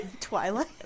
Twilight